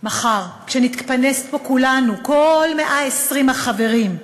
מחר כשנתכנס פה כולנו, כל 120 החברים,